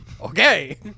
okay